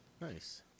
nice